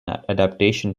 adaptation